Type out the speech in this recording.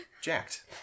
jacked